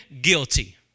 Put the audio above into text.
guilty